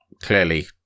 clearly